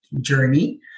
journey